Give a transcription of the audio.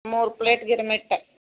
ಮೂರು ಪ್ಲೇಟ್ ಗಿರ್ಮಿಟ್ಟ